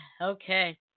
Okay